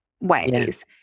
ways